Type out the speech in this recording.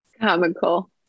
Comical